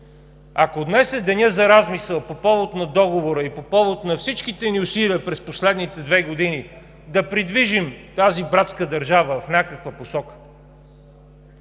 ако днес е денят за размисъл по повод на Договора и по повод на всичките ни усилия през последните две години да придвижим тази братска държава в някаква посока,